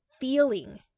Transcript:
feeling